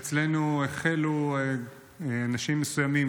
אצלנו החלו אנשים מסוימים,